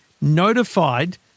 notified